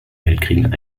weltkriegen